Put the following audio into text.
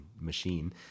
machine